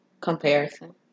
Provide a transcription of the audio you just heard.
comparison